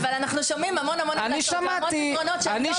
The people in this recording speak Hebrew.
אבל אנחנו שומעים הרבה המלצות והמון פתרונות אבל לא מעשיים.